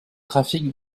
trafic